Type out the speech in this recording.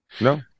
no